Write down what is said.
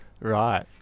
Right